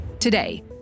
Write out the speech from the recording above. Today